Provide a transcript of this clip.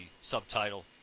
subtitle